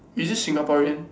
is it singaporean